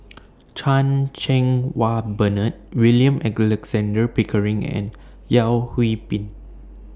Chan Cheng Wah Bernard William Pickering and Yeo Hwee Bin